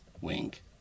Wink